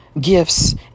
gifts